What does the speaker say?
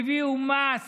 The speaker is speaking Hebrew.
והביאו מס